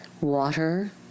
water